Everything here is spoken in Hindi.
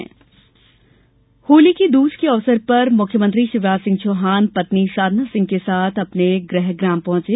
सीएम होली की दूज के अवसर पर मुख्यमंत्री शिवराज सिंह पत्नी साधना सिंह के साथ अपने गृह ग्राम पहुंचे